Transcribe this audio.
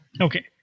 Okay